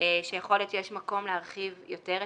את